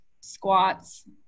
squats